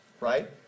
right